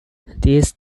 these